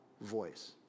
voice